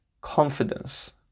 confidence